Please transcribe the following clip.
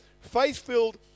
faith-filled